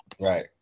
Right